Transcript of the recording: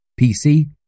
PC